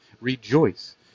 Rejoice